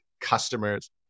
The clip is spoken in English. customers